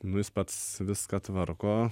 nu jis pats viską tvarko